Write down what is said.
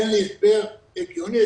אין לי הסבר הגיוני,